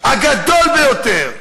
הגדול ביותר.